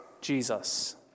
Jesus